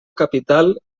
capital